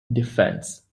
defense